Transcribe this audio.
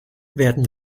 werden